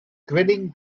grinning